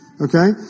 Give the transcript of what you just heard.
Okay